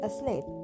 Asleep